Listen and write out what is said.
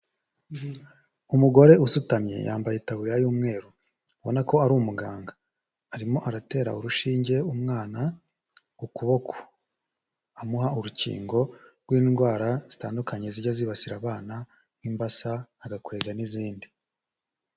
Umugore usutamye yambaye itaburiya y'umweru, ubona ko ari umuganga, arimo aratera urushinge umwana ku kuboko, amuha urukingo rw'indwara zitandukanye zijya zibasira abana nk'imbasa, agakwega n'izindi.